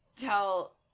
tell